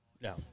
No